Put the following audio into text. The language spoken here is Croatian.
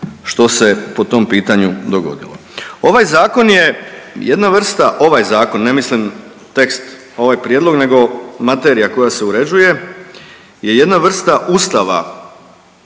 što se po tom pitanju dogodilo. Ovaj zakon je jedna vrsta, ovaj zakon ne mislim tekst ovaj prijedlog nego materija koja se uređuje je jedna vrsta ustava